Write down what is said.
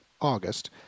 August